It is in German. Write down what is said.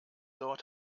dort